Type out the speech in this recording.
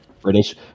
british